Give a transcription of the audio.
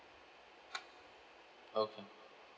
okay